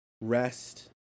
rest